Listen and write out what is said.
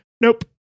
Nope